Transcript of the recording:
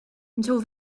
until